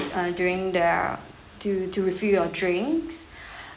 uh during the to to refill your drinks